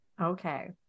Okay